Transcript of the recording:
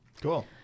Cool